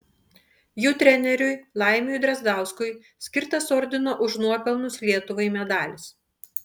jų treneriui laimiui drazdauskui skirtas ordino už nuopelnus lietuvai medalis